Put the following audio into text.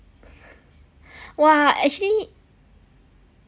!wah! actually